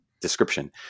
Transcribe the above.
description